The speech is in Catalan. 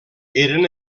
eren